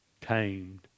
tamed